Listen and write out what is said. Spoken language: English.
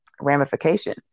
ramification